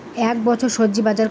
এ বছর স্বজি বাজার কত?